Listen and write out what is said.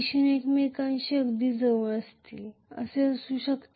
दिशेने ते एकमेकांशी अगदी जवळ आहेत ते कसे असू शकते